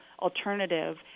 alternative